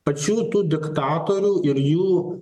pačių tų diktatorių ir jų